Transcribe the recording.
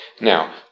Now